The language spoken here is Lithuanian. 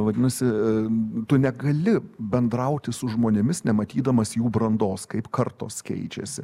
vadinasi tu negali bendrauti su žmonėmis nematydamas jų brandos kaip kartos keičiasi